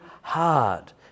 hard